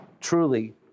Truly